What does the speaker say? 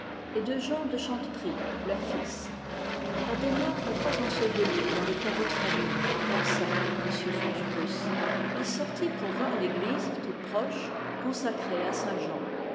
et de jean de chanteprie leur fils adhémar n'est pas enseveli dans le caveau de famille pensa m forgerus il sortit pour voir l'église toute proche consacrée à